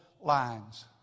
lines